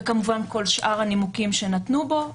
וכמובן כל שאר הנימוקים שנתנו פה,